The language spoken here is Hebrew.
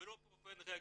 ולא באופן אקטיבי.